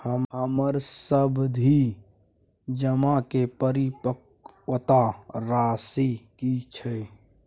हमर सावधि जमा के परिपक्वता राशि की छै?